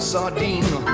sardine